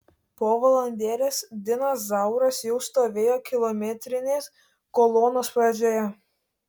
po valandėlės dinas zauras jau stovėjo kilometrinės kolonos pradžioje